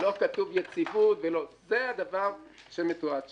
לא כתוב יציבות, זה הדבר שמתועד שם.